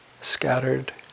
scattered